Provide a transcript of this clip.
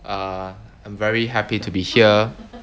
uh I'm very happy to be here